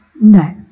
No